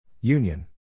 Union